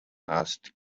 asked